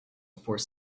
before